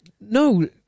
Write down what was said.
No